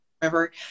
Remember